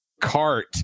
cart